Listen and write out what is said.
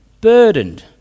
burdened